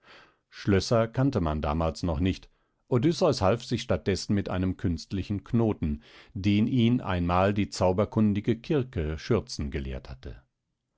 schlösser kannte man damals noch nicht odysseus half sich statt dessen mit einem künstlichen knoten den ihn einmal die zauberkundige kirke schürzen gelehrt hatte